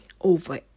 over